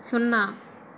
సున్నా